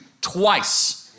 twice